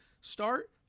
start